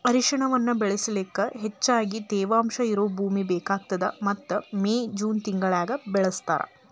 ಅರಿಶಿಣವನ್ನ ಬೆಳಿಲಿಕ ಹೆಚ್ಚಗಿ ತೇವಾಂಶ ಇರೋ ಭೂಮಿ ಬೇಕಾಗತದ ಮತ್ತ ಮೇ, ಜೂನ್ ತಿಂಗಳನ್ಯಾಗ ಬೆಳಿಸ್ತಾರ